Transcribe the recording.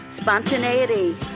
Spontaneity